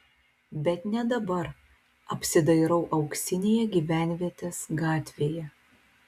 bet ne dabar apsidairau auksinėje gyvenvietės gatvėje